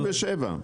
ב-2027.